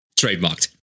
Trademarked